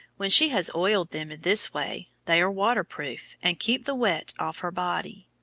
when she has oiled them in this way, they are water-proof and keep the wet off her body.